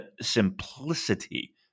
simplicity